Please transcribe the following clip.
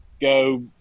go